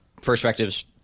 perspectives